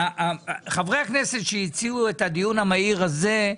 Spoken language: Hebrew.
חברי הכנסת שהציעו את הדיון המהיר הזה,